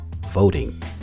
voting